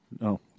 No